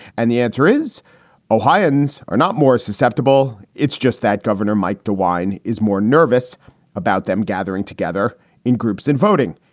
and the answer is ohioans ohioans are not more susceptible. it's just that governor mike dewine is more nervous about them gathering together in groups and voting.